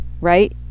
right